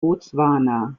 botswana